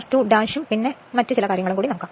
r2 ഉം പിന്നെ ഈ കാര്യങ്ങളും നോക്കാം